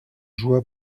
joua